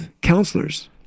counselors